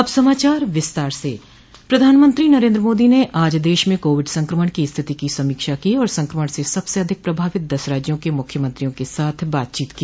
अब समाचार विस्तार से प्रधानमंत्री बैठक प्रधानमंत्री नरेन्द्र मोदी ने आज देश में कोविड संक्रमण की स्थिति की समीक्षा की और संक्रमण स सबसे अधिक प्रभावित दस राज्यों के मुख्यमंत्रियों के साथ बातचीत की